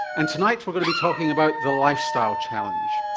and tonight we're going to be talking about the lifestyle challenge.